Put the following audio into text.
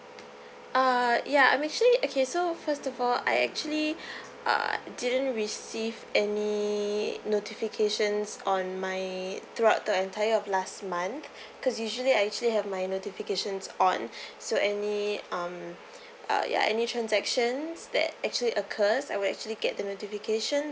uh ya I'm actually okay so first of all I actually err didn't receive any notifications on my throughout the entire of last month cause usually I actually have my notifications on so any um uh ya any transactions that actually occurs I will actually get the notification